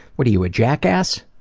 what are you, a jackass?